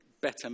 Better